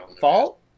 fault